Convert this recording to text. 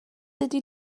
ydy